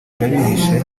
bihishe